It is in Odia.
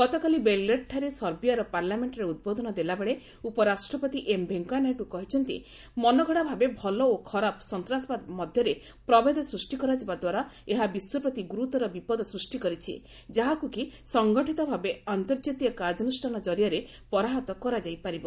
ଗତକାଲି ବେଲ୍ଗ୍ରେଡ୍ଠାରେ ସର୍ବିଆର ପାର୍ଲାମେଣ୍ଟରେ ଉଦ୍ବୋଧନ ଦେଲାବେଳେ ଉପରାଷ୍ଟ୍ରପତି ଏମ୍ ଭେଙ୍କିୟା ନାଇଡୁ କହିଛନ୍ତି ମନଗଡ଼ା ଭାବେ ଭଲ ଓ ଖରାପ ସନ୍ତାସବାଦ ମଧ୍ୟରେ ପ୍ରଭେଦ ସୃଷ୍ଟି କରାଯିବାଦ୍ୱାରା ଏହା ବିଶ୍ୱପ୍ରତି ଗୁରୁତର ବିପଦ ସ୍ହିଷ୍ଟି କରିଛି ଯାହାକୁ କି ସଙ୍ଗଠିତ ଭାବେ ଅନ୍ତର୍ଜାତୀୟ କାର୍ଯ୍ୟାନୁଷ୍ଠାନ କରିଆରେ ପରାହତ କରାଯାଇପାରିବ